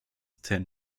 ten